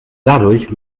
dadurch